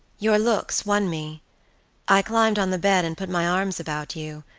your looks won me i climbed on the bed and put my arms about you,